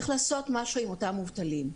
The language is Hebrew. צריך לעשות משהו עם אותם מובטלים.